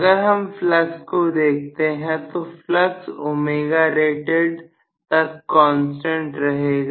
अगर हम फ्लक्स को देखते हैं तो फ्लक्स ओमेगा रेटेड तक कांस्टेंट रहेगा